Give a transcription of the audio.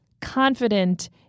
confident